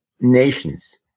nations